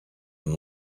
and